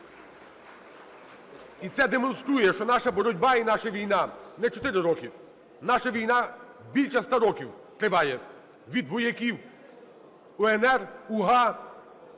І це демонструє, що наша боротьба і наша війна не 4 роки, наша війна більше 100 років триває – від вояків УНР, УГА,